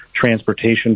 transportation